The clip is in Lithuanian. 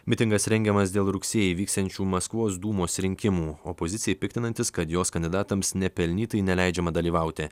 mitingas rengiamas dėl rugsėjį vyksiančių maskvos dūmos rinkimų opozicijai piktinantis kad jos kandidatams nepelnytai neleidžiama dalyvauti